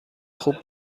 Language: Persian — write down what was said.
خوب